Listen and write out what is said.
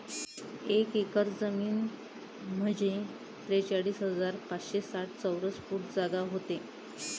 एक एकर जमीन म्हंजे त्रेचाळीस हजार पाचशे साठ चौरस फूट जागा व्हते